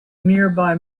nearby